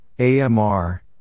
AMR